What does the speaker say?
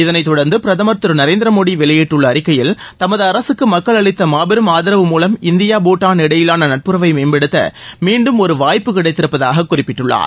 இதனைத் தொடர்ந்து பிரதமர் திரு நரேந்திர மோடி வெளியிட்டுள்ள அறிக்கையில் தமது அரசுக்கு மக்கள் அளித்த மாபெரும் ஆதரவு மூலம் இந்தியா பூடான் இடையிலான நட்புறவை மேம்படுத்த மீண்டும் ஒரு வாய்ப்பு கிடைத்திருப்பதாகக் குறிப்பிட்டுள்ளார்